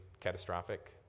catastrophic